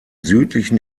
südlichen